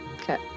Okay